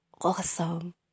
awesome